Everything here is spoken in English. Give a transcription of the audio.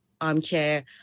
armchair